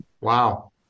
Wow